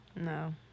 No